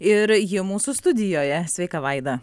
ir ji mūsų studijoje sveika vaida